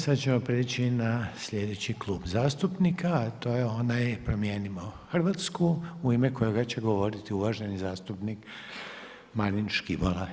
Sada ćemo prijeći na sljedeći klub zastupnika a to je onaj Promijenimo Hrvatsku u ime kojega će govoriti uvaženi zastupnik Marin Škibola.